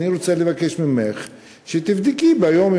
רוצה לבקש ממך שתבדקי ביום,